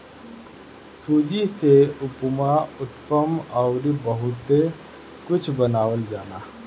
सूजी से उपमा, उत्तपम अउरी बहुते कुछ बनावल जाला